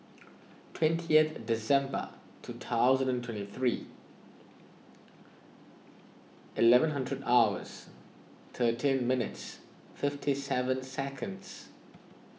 twentieth December two thousand and twenty three eleven hundred hours thirteen minutes fifty seven seconds